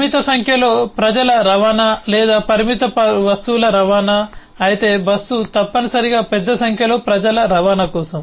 పరిమిత సంఖ్యలో ప్రజల రవాణా లేదా పరిమిత వస్తువుల రవాణా అయితే బస్సు తప్పనిసరిగా పెద్ద సంఖ్యలో ప్రజల రవాణా కోసం